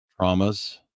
traumas